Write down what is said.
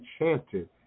enchanted